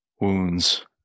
Wounds